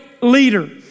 leader